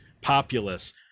populace